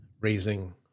raising